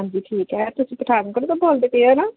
ਹਾਂਜੀ ਠੀਕ ਹੈ ਤੁਸੀਂ ਪਠਾਨਕੋਟ ਤੋਂ ਬੋਲਦੇ ਪਏ ਹੋ ਨਾ